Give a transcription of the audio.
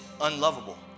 unlovable